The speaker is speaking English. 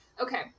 Okay